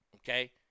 okay